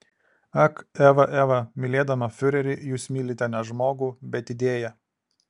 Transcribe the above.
ak eva eva mylėdama fiurerį jūs mylite ne žmogų bet idėją